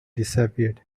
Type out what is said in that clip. disappeared